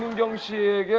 yongsu.